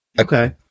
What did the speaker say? Okay